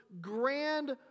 grand